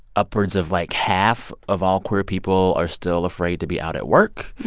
upwards of, like, half of all queer people are still afraid to be out at work.